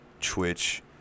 Twitch